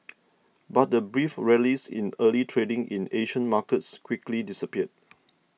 but the brief rallies in early trading in Asian markets quickly disappeared